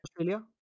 Australia